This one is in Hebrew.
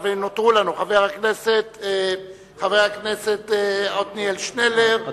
ונותרו לנו חבר הכנסת עתניאל שנלר,